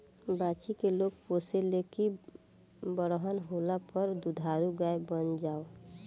बाछी के लोग पोसे ले की बरहन होला पर दुधारू गाय बन जाओ